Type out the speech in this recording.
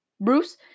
Bruce